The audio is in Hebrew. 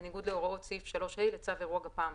בניגוד להוראות סעיף 3(ה) לצו אירוע גפ"מ,